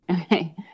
Okay